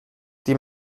die